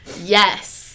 Yes